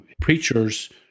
preacher's